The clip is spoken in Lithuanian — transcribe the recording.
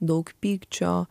daug pykčio